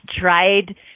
tried